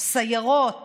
סיירות